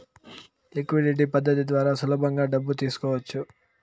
liquidity పద్ధతి ద్వారా సులభంగా డబ్బు తీసుకోవచ్చు